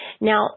Now